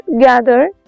gather